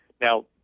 Now